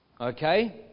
Okay